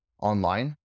online